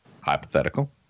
Hypothetical